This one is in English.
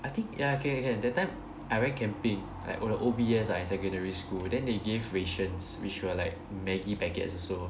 I think ya can can can that time I went camping like o~ O_B_S ah in secondary school then they gave rations which were like maggie packets also